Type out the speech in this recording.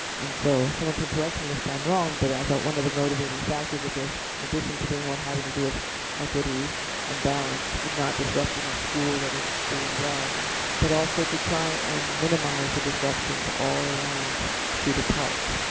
and so someone can correct me if i am wrong but i thought one of the motivating factors of this in addition to being one having to do with equity and balance and not disrupting a school that is doing well but also to try to and minimize the disruptions all around cedar park.